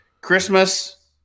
Christmas